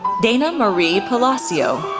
dana marie palacio,